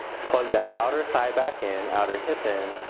plug the outer thigh back in, outer hip in.